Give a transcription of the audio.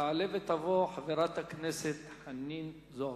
תעלה ותבוא חברת הכנסת חנין זועבי.